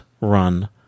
run